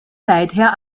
seither